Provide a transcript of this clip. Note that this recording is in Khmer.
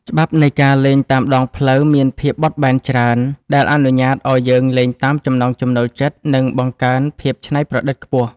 ច្បាប់នៃការលេងតាមដងផ្លូវមានភាពបត់បែនច្រើនដែលអនុញ្ញាតឱ្យយើងលេងតាមចំណង់ចំណូលចិត្ត និងបង្កើនភាពច្នៃប្រឌិតខ្ពស់។